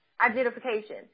identification